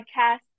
podcast